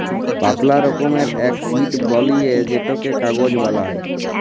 পাতলা রকমের এক শিট বলিয়ে সেটকে কাগজ বালাই